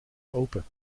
open